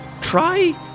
try